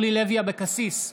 אבקסיס,